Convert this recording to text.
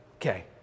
okay